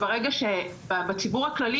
בציבור הכללי,